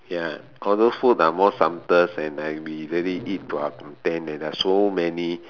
ya all those food are more sumptuous and we really eat to our content and there are so many